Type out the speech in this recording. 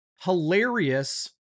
hilarious